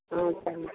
ம் சரிங்க